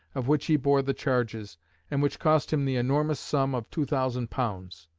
of which he bore the charges and which cost him the enormous sum of two thousand pounds.